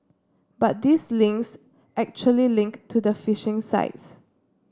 but these links actually link to the phishing sites